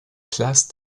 places